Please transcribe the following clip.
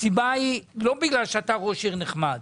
ולא בגלל שאתה ראש עיר נחמד,